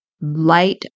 light